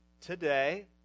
today